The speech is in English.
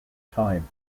time